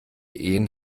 ehen